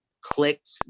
clicked